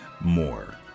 more